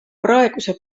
praeguse